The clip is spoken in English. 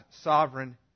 sovereign